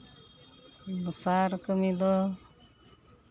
ᱫᱚᱥᱟᱨ ᱠᱟᱹᱢᱤ ᱫᱚ